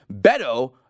Beto